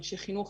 אנשי חינוך,